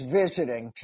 visiting